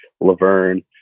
Laverne